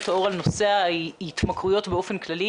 את האור על נושא ההתמכרויות באופן כללי.